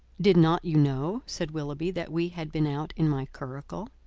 did not you know, said willoughby, that we had been out in my curricle?